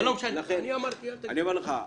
אני אומר לך,